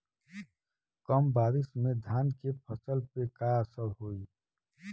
कम बारिश में धान के फसल पे का असर होई?